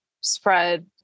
spread